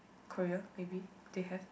Korea maybe they have